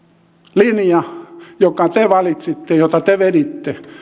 linja jonka te valitsitte ja jota te veditte